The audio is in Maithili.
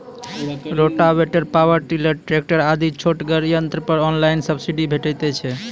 रोटावेटर, पावर टिलर, ट्रेकटर आदि छोटगर यंत्र पर ऑनलाइन सब्सिडी भेटैत छै?